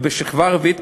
ובשכבה הרביעית,